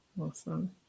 awesome